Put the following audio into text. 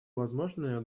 возможное